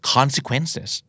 Consequences